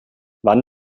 wann